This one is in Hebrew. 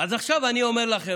אז עכשיו אני אומר לכם,